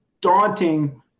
daunting